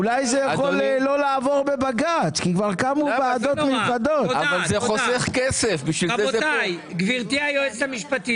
התייחסתי לזה גם אתמול בוועדה המסדרת בעת הדיון בקביעת הוועדה שתדון